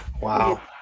Wow